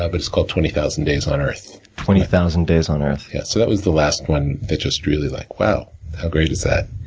ah but it's called twenty thousand days on earth. twenty thousand days on earth. yeah. so, that was the last one that just really, like, wow, how great is that?